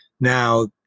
Now